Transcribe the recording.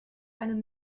einem